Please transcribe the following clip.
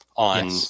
on